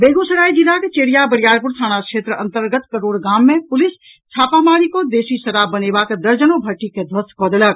बेगूसराय जिलाक चेरिया बरियारपुर थाना क्षेत्र अंतर्गत करोड़ गाम मे पुलिस छापामारी कऽ देशी शराब बनेबाक दर्जनो भट्टी के ध्वस्त कऽ देलक